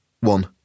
One